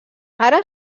ara